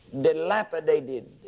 dilapidated